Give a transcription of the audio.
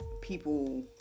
people